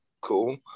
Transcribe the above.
cool